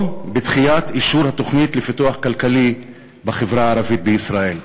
או בדחיית אישור התוכנית לפיתוח כלכלי בחברה הערבית בישראל.